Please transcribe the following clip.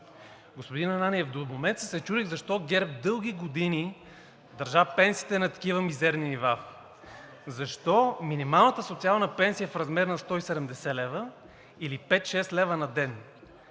Господин Ананиев, до момента се чудех защо ГЕРБ дълги години държа пенсиите на такива мизерни нива, защо минималната социална пенсия е в размер на 170 лв., или 5 – 6 лв. на ден